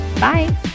Bye